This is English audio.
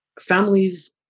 families